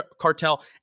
cartel